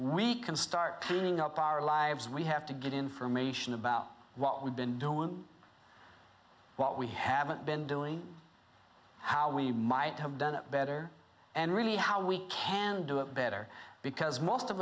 we can start cleaning up our lives we have to get information about what we've been doing what we haven't been doing how we might have done it better and really how we can do it better because most of